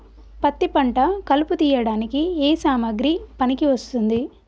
పత్తి పంట కలుపు తీయడానికి ఏ సామాగ్రి పనికి వస్తుంది?